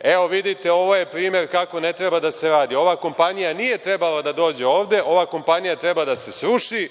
evo vidite primer kako ne treba da se radi. Ova kompanija nije trebala da dođe ovde. Ova kompanija treba da se sruši